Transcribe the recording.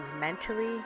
mentally